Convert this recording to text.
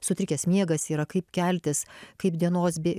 sutrikęs miegas yra kaip keltis kai dienos bė